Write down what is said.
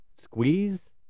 squeeze